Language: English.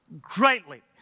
greatly